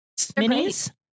minis